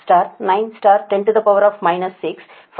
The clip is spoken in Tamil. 42 9 10 6 5